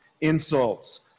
insults